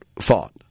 fought